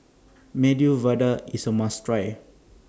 Medu Vada IS A must Try